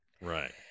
Right